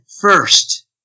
first